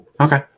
Okay